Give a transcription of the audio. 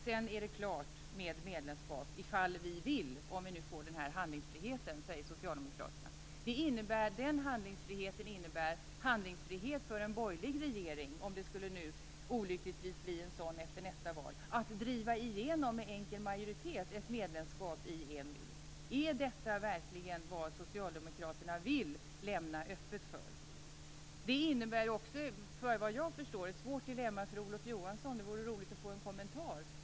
Sedan är det klart med medlemskap ifall vi vill om vi nu får den här handlingsfriheten, säger socialdemokraterna. Den handlingsfriheten innebär handlingsfrihet för en borgerlig regering, om det olyckligtvis skulle bli en sådan efter nästa val, att driva igenom med enkel majoritet ett medlemskap i EMU. Är detta verkligen vad socialdemokraterna vill lämna öppet för? Det innebär också, såvitt jag förstår, ett svårt dilemma för Olof Johansson. Det vore roligt att få en kommentar.